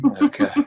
Okay